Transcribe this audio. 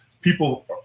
people